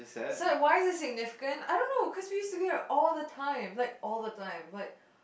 so why is it significant I don't know cause we used to go there all the time like all the time like